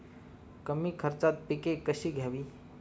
कमी खर्चात पिके कशी घ्यावी?